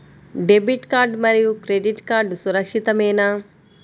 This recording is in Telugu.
డెబిట్ కార్డ్ మరియు క్రెడిట్ కార్డ్ సురక్షితమేనా?